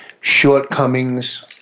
shortcomings